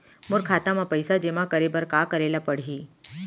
मोर खाता म पइसा जेमा करे बर का करे ल पड़ही?